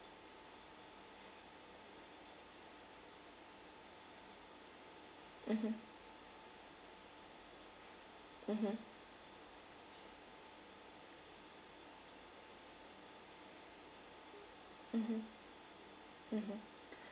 mmhmm mmhmm mmhmm mmhmm